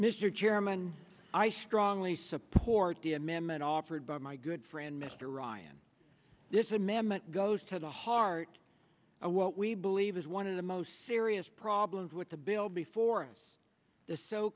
chairman i strongly support the amendment offered by my good friend mr ryan this amendment goes to the heart of what we believe is one of the most serious problems with the bill before us the so